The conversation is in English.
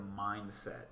mindset